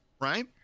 right